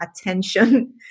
attention